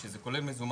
שזה כולל מזומן,